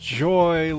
joy